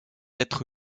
être